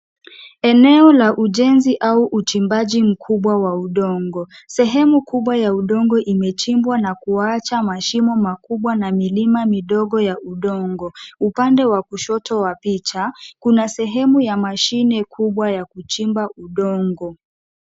Eneo la ujenzi au uchimbaji mkubwa wa udongo. Sehemu kubwa ya udongo imechimbwa na kuacha mashimo makubwa na milima midogo ya udongo. Upande wa kushoto wa picha kuna sehemu ya mashine kubwa ya kuchimba udongo.